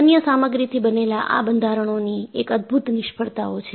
તન્ય સામગ્રીથી બનેલા આ બંધારણોની એક અદભૂત નિષ્ફળતાઓ છે